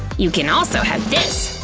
you can also have this!